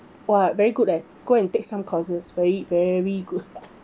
!wah! very good leh go and take some courses very very good